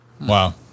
wow